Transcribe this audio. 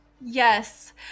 Yes